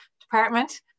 department